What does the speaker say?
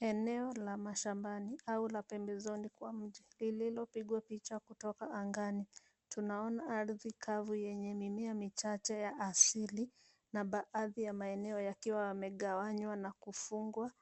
Eneo la mashambani au la pembezoni kwa mji lililopigwa picha kutoka angani. Tunaona ardhi kavu yenye mimea michache ya asili na baadhi ya maeneo yakiwa yamegawanywa na kufungwa